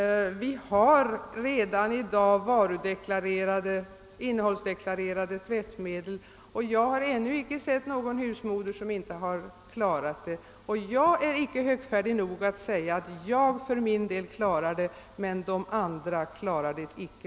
Vi har redan i dag innehållsdeklarerade tvättmedel, och jag har ännu icke sett någon husmoder som inte har kunnat förstå deklarationerna. Jag är icke högfärdig nog att säga att jag för min del klarar det, men de andra klarar det icke.